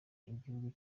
igihugu